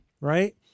right